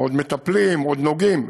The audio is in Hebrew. עוד מטפלים, עוד נוגעים.